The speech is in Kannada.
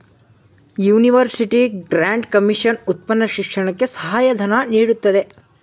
ಯುನಿವರ್ಸಿಟಿ ಗ್ರ್ಯಾಂಟ್ ಕಮಿಷನ್ ಉನ್ನತ ಶಿಕ್ಷಣಕ್ಕೆ ಸಹಾಯ ಧನ ನೀಡುತ್ತದೆ